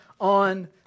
on